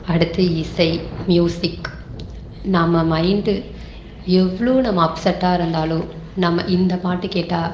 அடுத்து இசை மியூசிக் நம்ம மைண்டு எவ்வளோ நம்ம அப்செட்டாக இருந்தாலும் நம்ம இந்த பாட்டு கேட்டால்